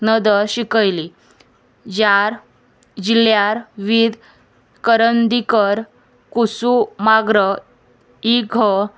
नदर शिकयली जार जिल्ल्यार वीद करंदीकर कुसू माग्र इ घ